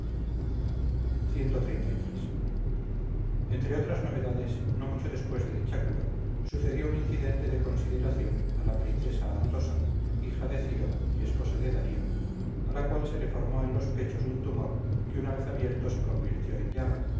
cxxxiii entre otras novedades no mucho después de dicha cura sucedió un incidente de consideración a la princesa atosa hija de ciro y esposa de darío a la cual se le formó en los pechos un tumor que una vez abierto se convirtió en llaga la